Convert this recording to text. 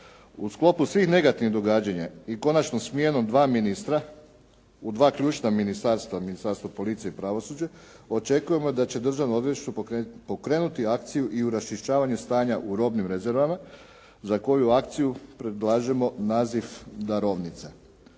U sklopu svih negativnih događanja i konačno smjenom dva ministra u dva ključna ministarstva, ministarstvo policije i pravosuđa, očekujemo da će državno odvjetništvo pokrenuti akciju i u raščišćavanju stanja u robnim rezervama, za koju akciju predlažemo naziv Darovnica.